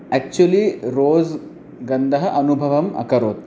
actually rose गन्धः अनुभवम् अकरोत्